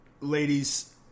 ladies